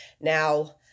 Now